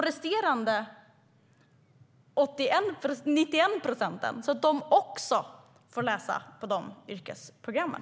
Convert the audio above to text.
Det vore bra om de resterande 91 procenten också fick läsa UF på de yrkesprogrammen.